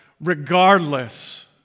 regardless